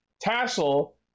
Tassel